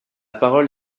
parole